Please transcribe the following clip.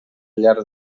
llarg